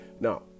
Now